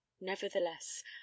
nevertheless